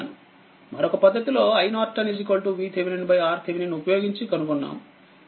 మరొక పద్ధతి లో iN VThRTh ఉపయోగించి కనుగొన్నాము